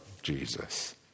Jesus